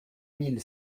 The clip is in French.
mille